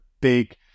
big